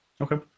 okay